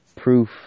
proof